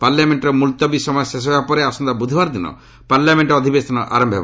ପାର୍ଲାମେଷ୍ଟର ମୁଲତବୀ ସମୟ ଶେଷ ହେବା ପରେ ଆସନ୍ତା ବୁଧବାର ଦିନ ପାର୍ଲାମେଣ୍ଟ ଅଧିବେଶନ ଆରମ୍ଭ ହେବ